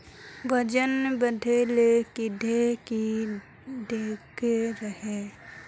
वजन बढे ले कीड़े की देके रहे?